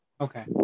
Okay